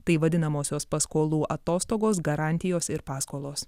tai vadinamosios paskolų atostogos garantijos ir paskolos